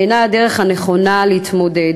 זו אינה הדרך הנכונה להתמודד.